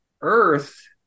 Earth